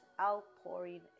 outpouring